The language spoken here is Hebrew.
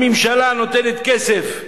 הממשלה נותנת כסף,